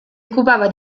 occupava